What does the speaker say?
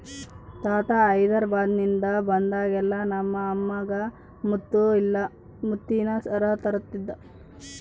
ತಾತ ಹೈದೆರಾಬಾದ್ನಿಂದ ಬಂದಾಗೆಲ್ಲ ನಮ್ಮ ಅಮ್ಮಗ ಮುತ್ತು ಇಲ್ಲ ಮುತ್ತಿನ ಸರ ತರುತ್ತಿದ್ದ